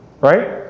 right